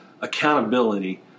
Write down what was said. accountability